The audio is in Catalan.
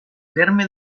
terme